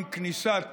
עם כניסת